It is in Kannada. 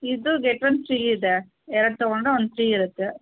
ಇದು ಗೆಟ್ ಒನ್ ಫ್ರೀ ಇದೆ ಎರಡು ತಗೊಂಡ್ರೆ ಒಂದು ಫ್ರೀ ಇರುತ್ತೆ